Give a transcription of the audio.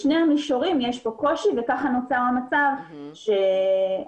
בשני המישורים יש קושי וכך נוצר המצב שאין